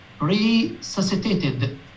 resuscitated